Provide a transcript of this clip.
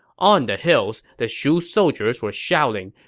on the hills, the shu soldiers were shouting,